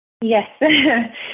Yes